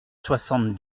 soixante